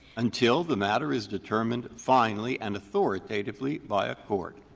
until the matter is determined finally and authoritatively by a court.